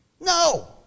No